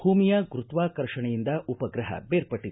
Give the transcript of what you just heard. ಭೂಮಿಯ ಗುರುತ್ವಾಕರ್ಷಣೆಯಿಂದ ಉಪಗ್ರಹ ಬೇರ್ಪಟ್ಟಿತು